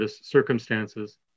circumstances